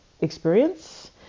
experience